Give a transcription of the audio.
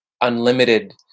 unlimited